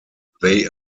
they